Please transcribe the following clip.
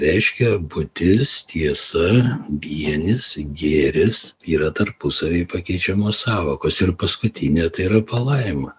reiškia būtis tiesa vienis gėris yra tarpusavy pakeičiamos sąvokos ir paskutinė tai yra palaima